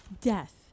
death